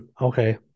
Okay